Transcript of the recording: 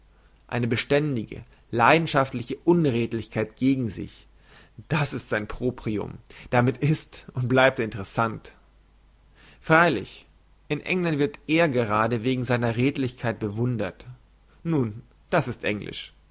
eine beständige leidenschaftliche unredlichkeit gegen sich das ist sein proprium damit ist und bleibt er interessant freilich in england wird er gerade wegen seiner redlichkeit bewundert nun das ist englisch